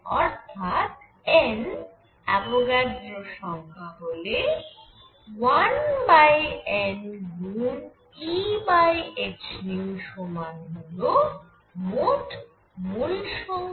অর্থাৎ N Avogadro সংখ্যা হলে1N গুন Ehν সমান হল মোট মোল সংখ্যা